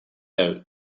out